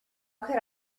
could